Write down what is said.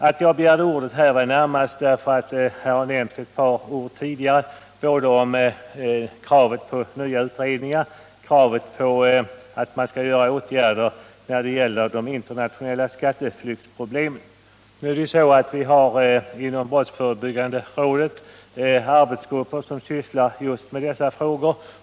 Att jag begärde ordet berodde närmast på att det tidigare i debatten framförts krav på utredningar och på åtgärder med anledning av de internationella skatteflyktsproblemen. Vi har inom brottsförebyggande rådet arbetsgrupper som sysslar med dessa frågor.